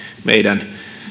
meidän